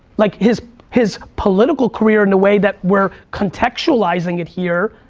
like, his his political career in the way that we're contextualizing it here